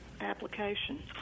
application